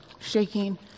shaking